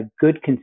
good